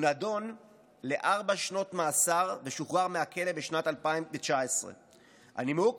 הוא נדון לארבע שנות מאסר ושוחרר מהכלא בשנת 2019. הנימוק